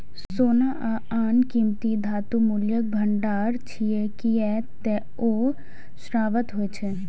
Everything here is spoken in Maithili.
सोना आ आन कीमती धातु मूल्यक भंडार छियै, कियै ते ओ शाश्वत होइ छै